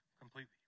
completely